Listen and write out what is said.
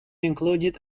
included